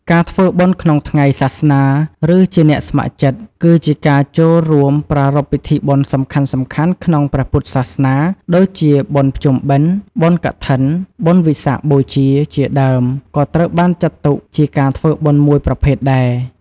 ការធ្វើបុណ្យក្នុងថ្ងៃសាសនាឬជាអ្នកស្ម័គ្រចិត្ត គឺជាការចូលរួមប្រារព្ធពិធីបុណ្យសំខាន់ៗក្នុងព្រះពុទ្ធសាសនា ដូចជាបុណ្យភ្ជុំបិណ្ឌ បុណ្យកឋិន បុណ្យវិសាខបូជា ជាដើម ក៏ត្រូវបានចាត់ទុកជាការធ្វើបុណ្យមួយប្រភេទដែរ។